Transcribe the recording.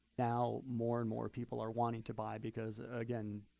now, more and more people are wanting to buy because, again,